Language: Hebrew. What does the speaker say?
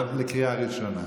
בקריאה ראשונה.